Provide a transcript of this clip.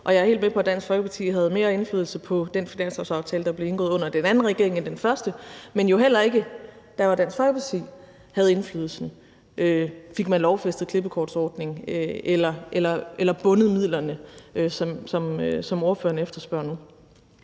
Og jeg er helt med på, at Dansk Folkeparti havde mere indflydelse på den finanslovsaftale, der blev indgået under den anden regering, men heller ikke der, hvor Dansk Folkeparti havde indflydelse, fik man lovfæstet klippekortordningen eller bundet midlerne, som ordføreren efterspørger nu.